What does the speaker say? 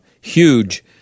huge